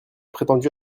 prétendu